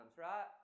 right